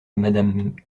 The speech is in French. madame